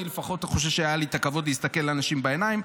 אני לפחות חושב שהיה לי הכבוד להסתכל לאנשים בעיניים,